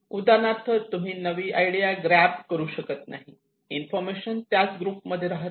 उदाहरणार्थ तुम्ही नवी आयडिया ग्रॅब करू शकत नाही इन्फॉर्मेशन त्याच ग्रुप मध्ये राहते